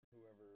whoever